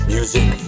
Music